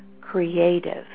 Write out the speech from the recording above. creative